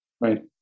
Right